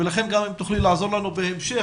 ולכן אם גם תוכלי לעזור לנו בהמשך,